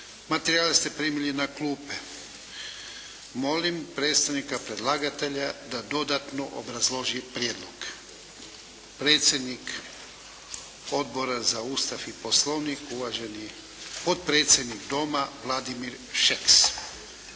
Materijale ste primili na klupe. Molim predstavnika predlagatelja da dodatno obrazloži prijedlog. Predsjednik Odbora za Ustav i Poslovnik, uvaženi potpredsjednik Doma Vladimir Šeks.